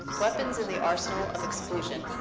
weapons in the arsenal of exclusion,